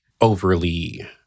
overly